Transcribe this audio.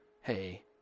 hey